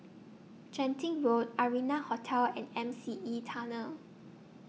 Genting Road Arianna Hotel and M C E Tunnel